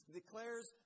declares